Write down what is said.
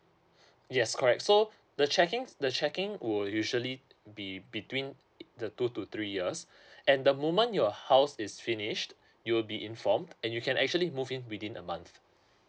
yes correct so the checking the checking will usually be between the two to three years at the moment your house is finished you'll be informed and you can actually move in within a month